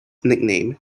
nickname